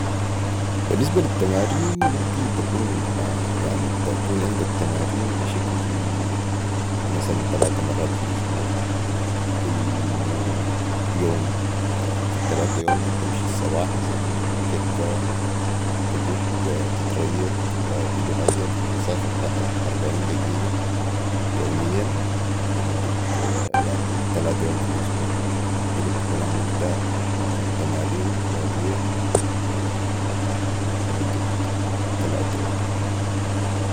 بي النسبة لي التمارين ممكن تكون يعني تكون عندك تمارين بشكل مثلا تلاته مرات في الأسبوع كل يوم في التلاته يوم دي تمشي الصباح جكه تجك تتريض وتحي راجع مسافة بتاعت اربعين دقيقة يوميا لمده تلاته يوم الاسبوع وكده بتكون عملت تمارين رياضية لمده تلاته يوم